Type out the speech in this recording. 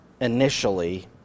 initially